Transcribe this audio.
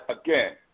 again